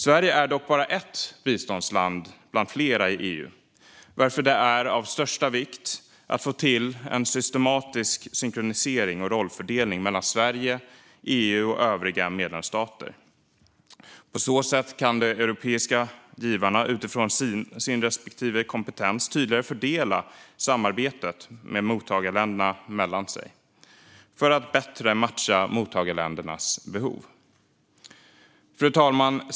Sverige är dock bara ett biståndsland bland flera i EU, varför det är av största vikt att få till en systematisk synkronisering och rollfördelning mellan Sverige, EU och övriga medlemsstater. På så sätt kan de europeiska givarna, utifrån sin respektive kompetens, tydligare fördela samarbetet med mottagarländerna mellan sig för att bättre matcha mottagarländernas behov. Fru talman!